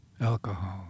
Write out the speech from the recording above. alcohol